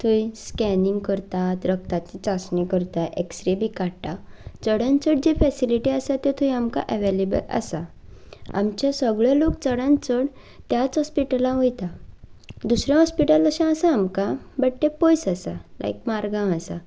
थंय स्कॅनींग करतात रगताची चांचणी करता एक्स्रे बी काडटा चडान चड जे फॅसिलिटी आसा ते थंय आमकां एवेलेबल आसा आमचे सगळे लोक चडांत चड त्याच ऑस्पिटला वयता दुसरें ऑस्पिटल अशें आसा आमकां बट टें पयस आसा लायक मारगांव आसा